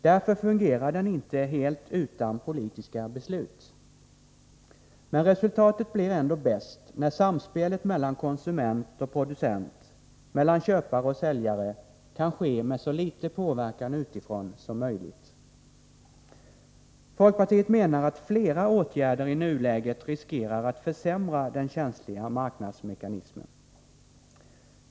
Därför fungerar den inte helt utan politiska beslut, men resultatet blir ändå bäst när samspelet mellan konsument och producent, mellan köpare och säljare, kan ske med så liten påverkan utifrån som möjligt. Folkpartiet menar att flera åtgärder i nuläget riskerar att försämra den känsliga marknadsmekanismen.